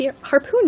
harpoon